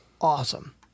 awesome